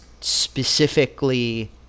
specifically